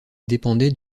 dépendait